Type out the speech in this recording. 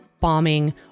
bombing